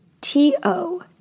T-O